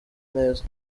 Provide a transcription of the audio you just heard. neza